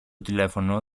τηλέφωνο